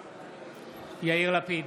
בעד יאיר לפיד,